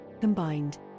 combined